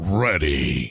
ready